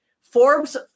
Forbes